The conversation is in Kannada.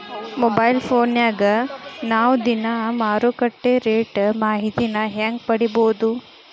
ಮೊಬೈಲ್ ಫೋನ್ಯಾಗ ನಾವ್ ದಿನಾ ಮಾರುಕಟ್ಟೆ ರೇಟ್ ಮಾಹಿತಿನ ಹೆಂಗ್ ಪಡಿಬೋದು?